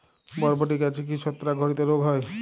বরবটি গাছে কি ছত্রাক ঘটিত রোগ হয়?